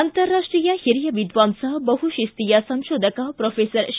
ಅಂತಾರಾಷ್ಟೀಯ ಹಿರಿಯ ವಿದ್ವಾಂಸ ಬಹುಶಿಸ್ತಿಯ ಸಂಶೋಧಕ ಪ್ರೊಫೆಸರ್ ಷ